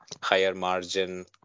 higher-margin